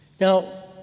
Now